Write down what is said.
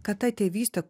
kad ta tėvystė